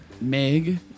Meg